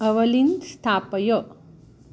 आवलिं स्थापय